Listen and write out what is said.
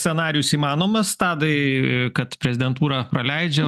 scenarijus įmanomas tadai kad prezidentūra praleidžia